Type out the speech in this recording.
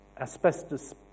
asbestos